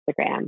Instagram